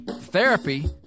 Therapy